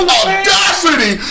audacity